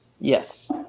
Yes